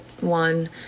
one